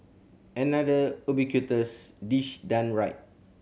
another ubiquitous dish done right